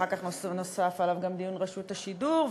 אחר כך נוסף עליו גם דיון בחוק השידור,